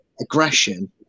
aggression